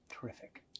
Terrific